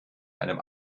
einem